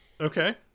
Okay